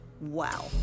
Wow